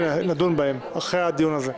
ונדון בהן אחרי הדיון הזה.